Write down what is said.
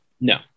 No